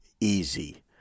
easy